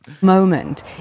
Moment